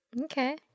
Okay